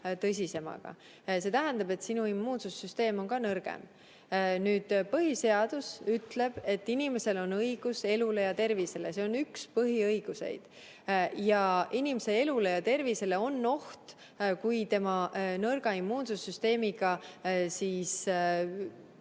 tõsisemaga. See tähendab, et ka haige immuunsüsteem on nõrgem. Põhiseadus ütleb, et inimesel on õigus elule ja tervisele, see on üks põhiõigusi. Ent inimese elu ja tervis on ohus, kui tema nõrga immuunsüsteemiga puutub